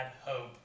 hope